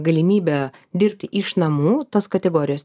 galimybę dirbti iš namų tos kategorijos